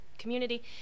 community